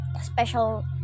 special